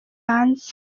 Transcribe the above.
hanze